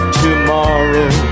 tomorrow